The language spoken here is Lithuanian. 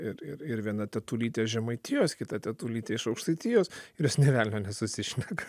ir ir ir viena tetulytė iš žemaitijos kita tetulytė iš aukštaitijos ir jos nė velnio nesusišneka